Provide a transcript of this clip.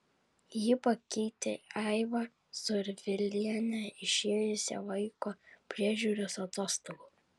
ji pakeitė aivą survilienę išėjusią vaiko priežiūros atostogų